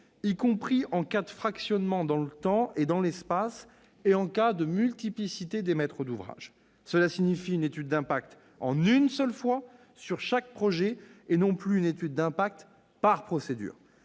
y compris en cas de fractionnement dans le temps et dans l'espace et en cas de multiplicité des maîtres d'ouvrage. Cela signifie une étude d'impact en une seule fois sur chaque projet et non plus une étude d'impact par procédure.